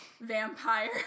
vampire